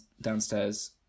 downstairs